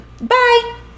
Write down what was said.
bye